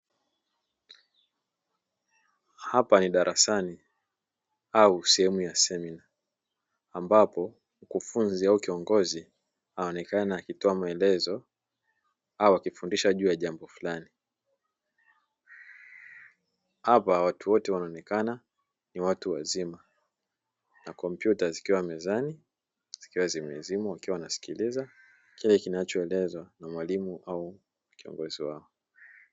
Hapa ni darasani au sehemu ya semina ambapo mkufunzi au kiongozi anaonekana akitoa maelezo au akifundisha juu ya jambo fulani, hapa watu wote wanaonekana ni watu wazima na kompyuta zikiwa mezani zikiwa zimelimwa, wakiwa wanasikiliza kile kinachoelezwa na mwalimu au kiongozi wao.